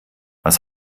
was